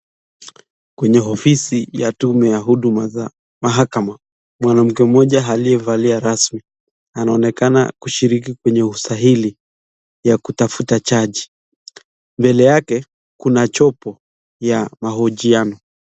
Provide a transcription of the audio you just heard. Kuna ofisi ya tume ya huduma za mahakama. Mwanamke mmoja aliyevalia rasmi, anaonekana kushiriki kwenye usajili ya kutafuta judge . Mbele yake, kuna jopo la mahojiano.